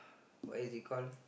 what is it call